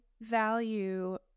value